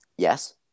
Yes